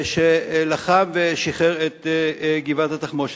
שלחם ושחרר את גבעת-התחמושת.